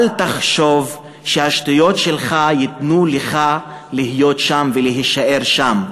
אל תחשוב שהשטויות שלך ייתנו לך להיות שם ולהישאר שם.